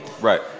Right